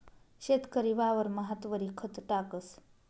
शेतकरी वावरमा हातवरी खत टाकस